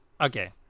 Okay